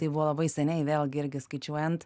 tai buvo labai seniai vėlgi irgi skaičiuojant